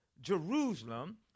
Jerusalem